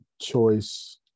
choice